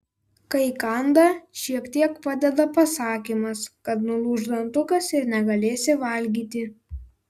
kai kanda šiek tiek padeda pasakymas kad nulūš dantukas ir negalėsi valgyti